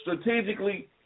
strategically